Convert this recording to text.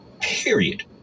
period